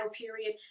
period